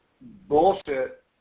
Bullshit